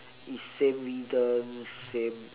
is same rhythm same uh